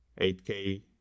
8K